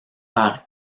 par